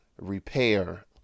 repair